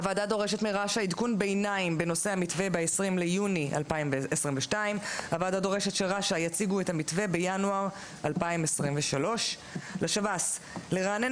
הוועדה דורשת מרש"א עדכון ביניים בנושא המתווה ב-20 ביוני 2022. הוועדה דורשת שרש"א יציגו את המתווה בינואר 2023. לשב"ס לרענן